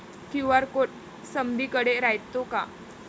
QR code समदीकडे रायतो का?